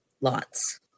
lots